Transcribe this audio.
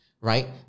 right